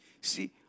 See